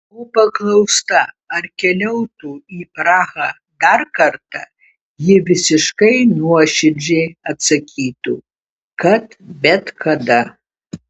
o paklausta ar keliautų į prahą dar kartą ji visiškai nuoširdžiai atsakytų kad bet kada